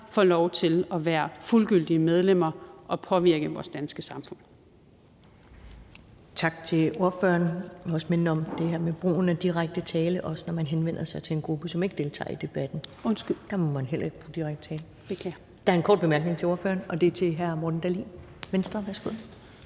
får lov til at være fuldgyldige medlemmer og påvirke vores danske samfund.